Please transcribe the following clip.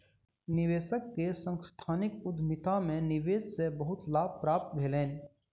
निवेशक के सांस्थानिक उद्यमिता में निवेश से बहुत लाभ प्राप्त भेलैन